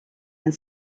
and